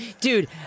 Dude